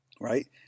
Right